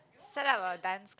set up a dance